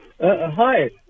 Hi